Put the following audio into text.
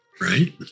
Right